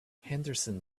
henderson